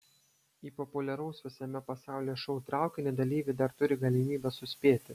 į populiaraus visame pasaulyje šou traukinį dalyviai dar turi galimybę suspėti